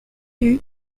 hue